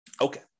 Okay